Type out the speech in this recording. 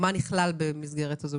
מה נכלל במסגרת הזאת.